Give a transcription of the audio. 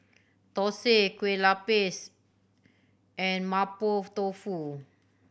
thosai Kueh Lupis and Mapo Tofu